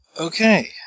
okay